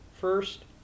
First